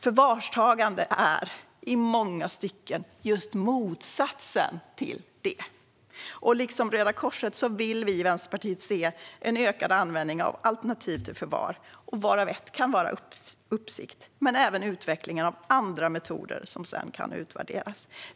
Förvarstagande är i många stycken just motsatsen. Liksom Röda Korset vill vi i Vänsterpartiet se en ökad användning av alternativ till förvar, varav ett kan vara uppsikt och även utveckling av andra metoder som sedan kan utvärderas.